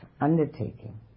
undertaking